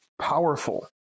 powerful